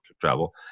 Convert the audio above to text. travel